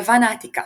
יוון העתיקה